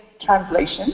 Translation